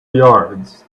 yards